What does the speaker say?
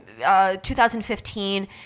2015